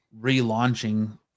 relaunching